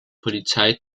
polizei